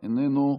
איננו,